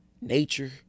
nature